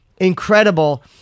Incredible